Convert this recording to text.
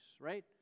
right